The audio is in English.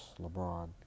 LeBron